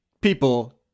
people